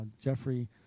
Jeffrey